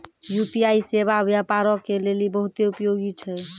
UPI सेबा व्यापारो के लेली बहुते उपयोगी छै